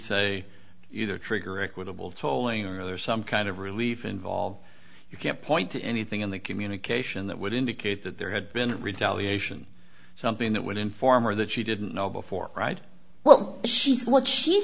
say either trigger equitable tolling or other some kind of relief involved you can't point to anything in the communication that would indicate that there had been retaliation something that would inform her that she didn't know before right well she's what she's